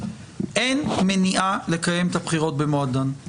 אין מניעה לקיים את הבחירות במועדן,